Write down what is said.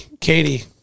Katie